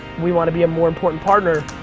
we want to be a more important partner.